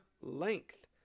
length